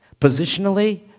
positionally